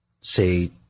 say